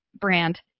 brand